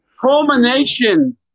culmination